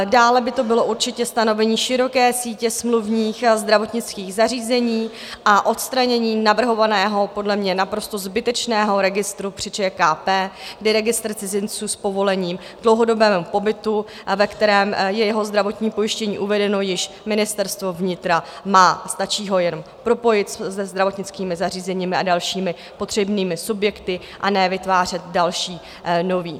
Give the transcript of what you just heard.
Dále by to bylo určitě stanovení široké sítě smluvních zdravotnických zařízení a odstranění navrhovaného, podle mě naprosto zbytečného registru při ČKP, kdy registr cizinců s povolením k dlouhodobému pobytu, ve kterém je jeho zdravotní pojištění uvedeno, již Ministerstvo vnitra má a stačí ho jenom propojit se zdravotnickými zařízeními a dalšími potřebnými subjekty, a ne vytvářet další, nový.